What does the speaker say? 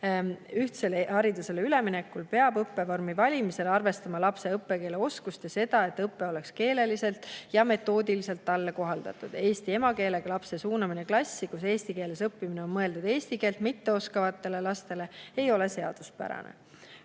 Ühtsele haridusele üleminekul peab õppevormi valimisel arvestama lapse õppekeele oskust ja seda, et õpe oleks keeleliselt ja metoodiliselt talle kohandatud. Eesti emakeelega lapse suunamine klassi, kus eesti keeles õppimine on mõeldud eesti keelt mitteoskavatele lastele, ei ole seaduspärane.